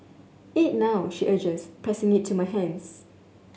eat now she urges pressing it to my hands